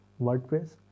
WordPress